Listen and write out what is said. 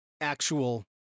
actual